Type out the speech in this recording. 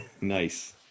Nice